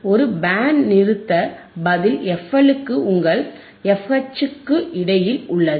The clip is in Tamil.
ஒரு பேண்ட் நிறுத்த பதில் fL க்கும் உங்கள் fH க்கும் இடையில் உள்ளது